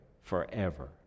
forever